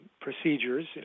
procedures